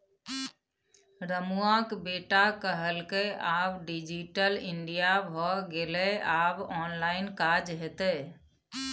रमुआक बेटा कहलकै आब डिजिटल इंडिया भए गेलै आब ऑनलाइन काज हेतै